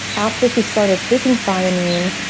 after she started taking thiamine.